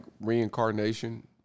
reincarnation